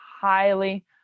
highly